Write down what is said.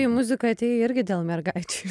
į muziką atėjai irgi dėl mergaičių